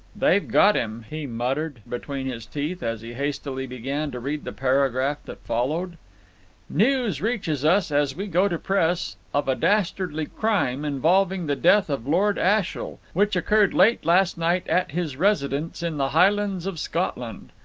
they've got him, he muttered between his teeth as he hastily began to read the paragraph that followed news reaches us, as we go to press, of a dastardly crime, involving the death of lord ashiel, which occurred late last night at his residence in the highlands of scotland.